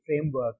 framework